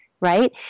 right